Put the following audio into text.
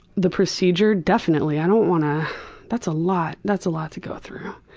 the procedure definitely, i don't wanna. that's a lot. that's a lot to go through